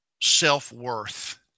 self-worth